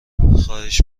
خواهش